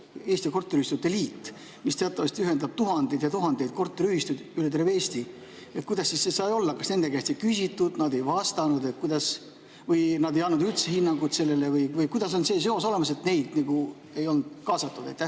Eesti Korteriühistute Liit, mis teatavasti ühendab tuhandeid ja tuhandeid korteriühistuid üle terve Eesti. Kuidas nii sai olla? Kas nende käest ei küsitud, nad ei vastanud või nad ei andnud üldse hinnangut sellele? Kuidas on see seos olemas, et neid ei olnud kaasatud? Aitäh,